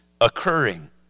occurring